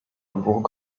bourg